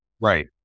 Right